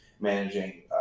managing